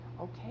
okay